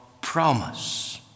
promise